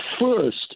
first